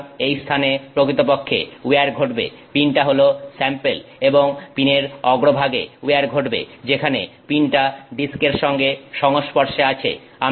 সুতরাং এই স্থানে প্রকৃতপক্ষে উইয়ার ঘটবে পিনটা হল স্যাম্পেল এবং পিনের অগ্রভাগে উইয়ার ঘটবে যেখানে পিনটা ডিস্কের সঙ্গে সংস্পর্শে আসে